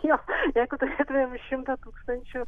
jo jeigu turėtumėm šimtą tūkstančių